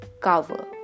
cover